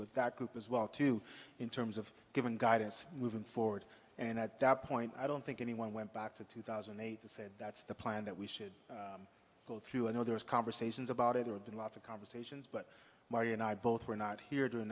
with that group as well too in terms of giving guidance moving forward and at that point i don't think anyone went back to two thousand and eight the said that's the plan that we should go through i know there's conversations about it or been lots of conversations but marty and i both were not here during